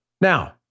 Now